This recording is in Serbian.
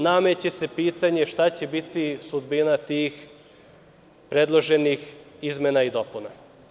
Nameće se pitanje šta će biti sudbina tih predloženih izmena i dopuna.